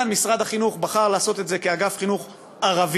משרד החינוך בחר לעשות את זה באגף חינוך ערבי,